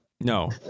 No